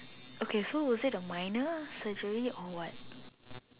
okay so will say the minor surgery or what